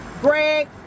Greg